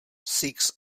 six